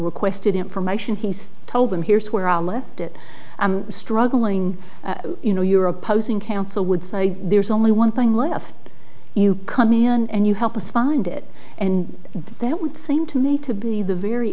requested information he's told them here's where i left it i'm struggling you know you're opposing counsel would say there's only one thing left you come in and you help us find it and that would seem to need to be the very